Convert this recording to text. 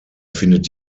findet